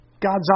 God's